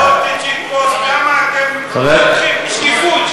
חוק עידוד השקעות, שקיפות.